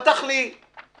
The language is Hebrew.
פתח לי ארון,